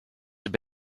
have